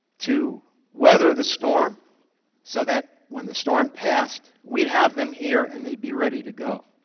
to weather the storm so that when the storm passed, we'd have them here and they'd be ready to go.